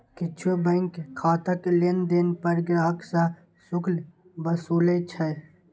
किछु बैंक खाताक लेनदेन पर ग्राहक सं शुल्क वसूलै छै